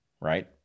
right